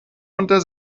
unter